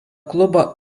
klubo